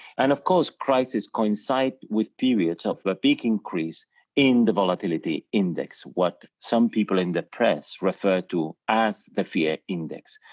and of course, crises coincide with periods of a big increase in the volatility index, what some people in the press refer to as the fear index.